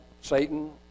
Satan